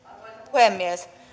puhemies